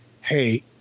hey